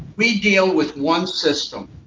we deal with one system.